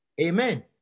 Amen